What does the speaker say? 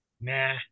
Nah